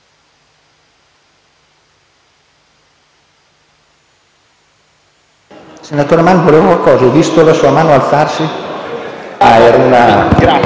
Grazie